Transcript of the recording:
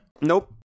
Nope